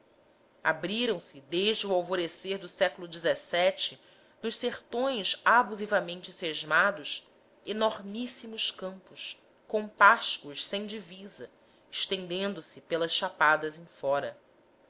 pastoril abriram-se desde o alvorecer do século xvii nos sertões abusivamente sesmados enormíssimos campos compáscuos sem divisas estendendo se pelas chapadas em fora